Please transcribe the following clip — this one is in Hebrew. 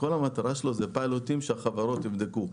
כל המטרה היא פיילוט, שהחברות יבדקו.